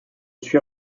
suis